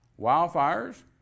wildfires